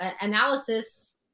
analysis